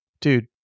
dude